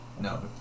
No